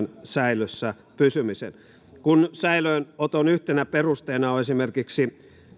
säilössä pysymisen kun säilöönoton yhtenä perusteena on esimerkiksi